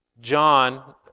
John